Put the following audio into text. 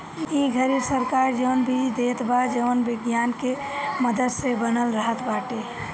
ए घरी सरकार जवन बीज देत बा जवन विज्ञान के मदद से बनल रहत बाटे